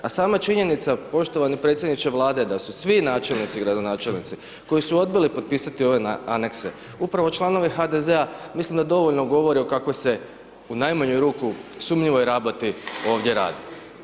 A sama činjenica, poštovani predsjedniče Vlade da su svi načelnici i gradonačelnici koji su odbili potpisati ove anekse, upravo članovi HDZ-a, mislim da dovoljno govori u kakvoj je, u najmanju ruku sumnjivoj raboti ovdje radi.